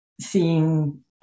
seeing